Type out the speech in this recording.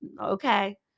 okay